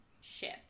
ship